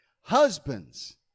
Husbands